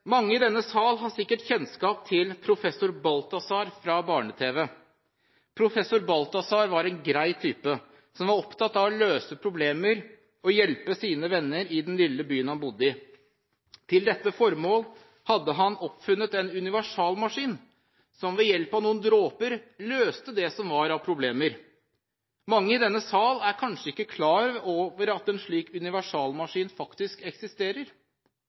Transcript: Mange i denne sal har sikkert kjennskap til Professor Balthazar fra barne-tv. Professor Balthazar var en grei type som var opptatt av å løse problemer og hjelpe sine venner i den lille byen han bodde i. Til dette formål hadde han oppfunnet en universalmaskin, som ved hjelp av noen dråper løste det som var av problemer. Mange i denne sal er kanskje ikke klar over at en slik universalmaskin faktisk eksisterer.